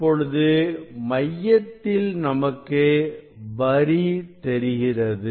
இப்பொழுது மையத்தில் நமக்கு வரி தெரிகிறது